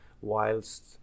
whilst